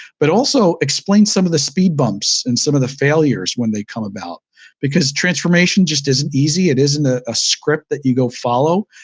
but also explain some of the speedbumps and some of the failures when they come about because transformation just isn't easy. it isn't a ah script that you go follow.